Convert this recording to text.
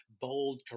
bold